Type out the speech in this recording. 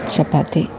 ചപ്പാത്തി